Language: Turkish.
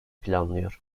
planlıyor